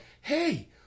hey